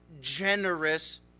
generous